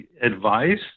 advice